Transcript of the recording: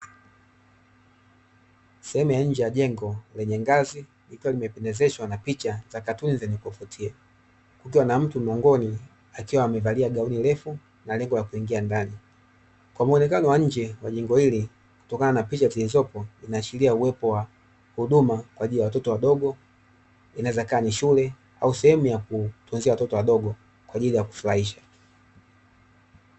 Sehemu ya nje ya jengo lenye ngazi, likiwa limependezeshwa na picha za katuni zenye kuvutia, kukiwa na mtu mlangoni akiwa amevalia gauni refu na lengo la kuingia ndani. Kwa muonekano wa nje wa jengo hili, kutokana na picha zilizopo, zinaashiria uwepo wa huduma kwa ajili ya watoto wadogo; inaweza ikawa ni shule au sehemu ya kutunzia watoto wadogo kwa ajili ya kufurahia.